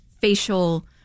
facial